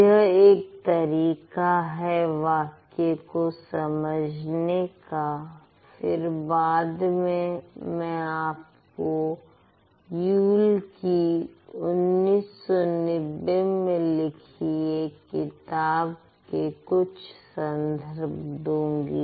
यह एक तरीका है वाक्य को समझने का फिर बाद में मैं आपको यूल कि १९९० में लिखी एक किताब के कुछ संदर्भ दूंगी